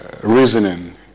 reasoning